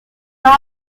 are